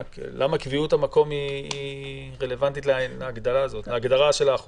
למעט מקום שהפעלתו הותרה לפי תקנה 7(ב),